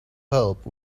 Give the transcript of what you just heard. help